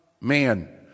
man